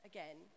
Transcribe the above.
Again